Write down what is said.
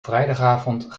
vrijdagavond